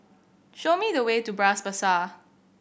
show me the way to Bras Basah